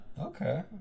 Okay